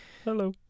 Hello